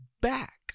back